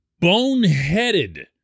boneheaded